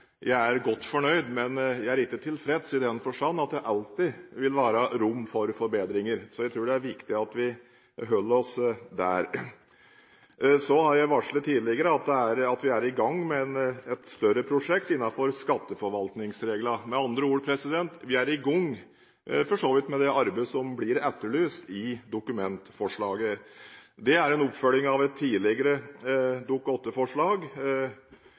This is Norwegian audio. Jeg er godt fornøyd, men jeg er ikke tilfreds, i den forstand at det alltid vil være rom for forbedringer. Jeg tror det er viktig at vi holder oss der. Så har jeg varslet tidligere at vi er i gang med et større prosjekt innenfor skatteforvaltningsreglene. Med andre ord, vi er for så vidt i gang med det arbeidet som blir etterlyst i dokumentforslaget. Det er en oppfølging av et tidligere